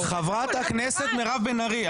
חברת הכנסת מירב בן ארי.